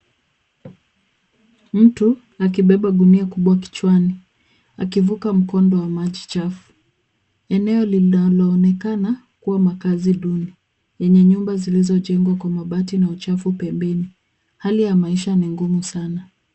Mtu akibeba gunia kubwa kichwani akivuka mkondo wa maji chafu. Eneo linaonekana kuwa makazi duni yenye nyumba zilizojengwa kwa mabati na uchafu pembeni. Hali ya maisha ni ngumu sana.